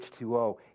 H2O